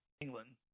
England